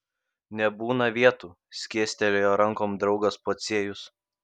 nebūna vietų skėstelėjo rankom draugas pociejus